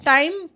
Time